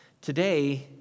Today